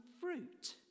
fruit